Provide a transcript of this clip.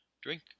Drink